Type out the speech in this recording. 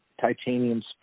titanium